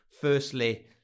firstly